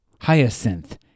Hyacinth